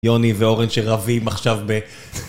יוני ואורן שרבים עכשיו ב...